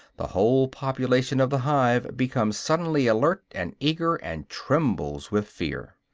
the whole population of the hive becomes suddenly alert and eager, and trembles with fear.